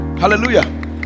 Hallelujah